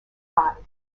hive